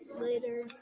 later